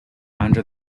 under